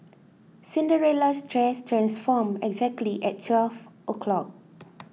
Cinderella's dress transformed exactly at twelve o'clock